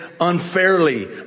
unfairly